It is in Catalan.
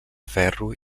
ferro